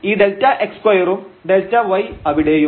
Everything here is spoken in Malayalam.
ഈ Δx2 ഉം Δy അവിടെയും